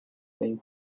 thing